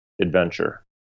adventure